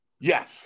Yes